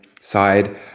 side